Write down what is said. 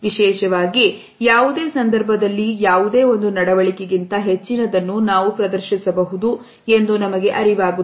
ವಿಶೇಷವಾಗಿ ಯಾವುದೇ ಸಂದರ್ಭದಲ್ಲಿ ಯಾವುದೇ ಒಂದು ನಡವಳಿಕೆ ಗಿಂತ ಹೆಚ್ಚಿನದನ್ನು ನಾವು ಪ್ರದರ್ಶಿಸಬಹುದು ಎಂದು ನಮಗೆ ಅರಿವಾಗುತ್ತದೆ